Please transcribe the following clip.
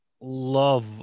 love